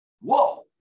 Whoa